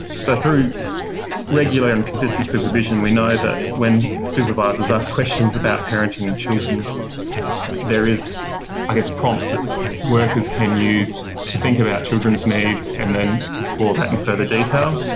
so through regular and consistent supervision, we know that when supervisors ask questions about parenting and children there are prompts that workers can use to think about children's needs, and then explore that in further detail.